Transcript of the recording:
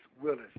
Willis